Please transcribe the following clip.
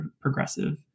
progressive